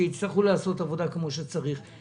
כדי שיצטרכו לעשות עבודה כמו שצריך.